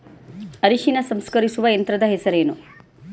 ಅರಿಶಿನ ಸಂಸ್ಕರಿಸುವ ಯಂತ್ರದ ಹೆಸರೇನು?